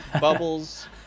bubbles